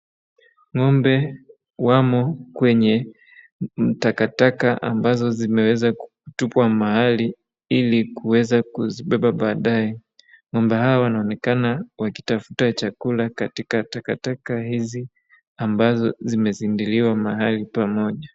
Ng'ombe wamo kwenye takataka ambazo zimeweza kutupwa mahali ili kuweza kuzibeba baadaye. Ng'ombe hawa wanaonekana wakitafuta chakula katika takataka hizi ambazo zimesindiliwa mahali pamoja.